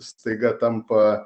staiga tampa